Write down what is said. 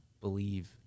believe